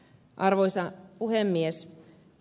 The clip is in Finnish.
arvoisa puhemies